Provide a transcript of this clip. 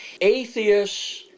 atheists